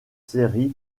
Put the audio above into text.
séries